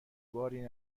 باری